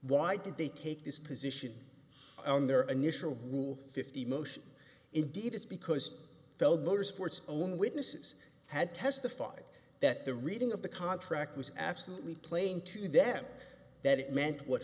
why did they take this position on their initial rule fifty motion it did is because feld motorsports own witnesses had testified that the reading of the contract was absolutely playing to them that it meant what